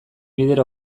bider